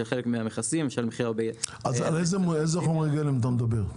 חלק מהמכסים- -- אז על איזה חומרי גלם אתה מדבר?